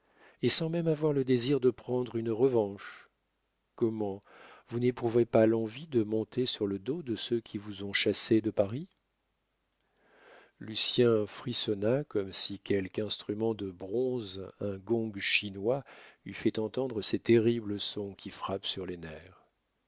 et sans même avoir le désir de prendre une revanche comment vous n'éprouvez pas l'envie de monter sur le dos de ceux qui vous ont chassé de paris lucien frissonna comme si quelque instrument de bronze un gong chinois eût fait entendre ces terribles sons qui frappent sur les nerfs